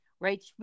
Right